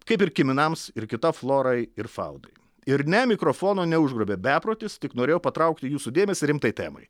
kaip ir kiminams ir kita florai ir faunai ir ne mikrofono neužgrobė beprotis tik norėjau patraukti jūsų dėmesį rimtai temai